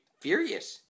furious